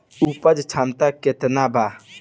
उपज क्षमता केतना वा?